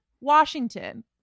Washington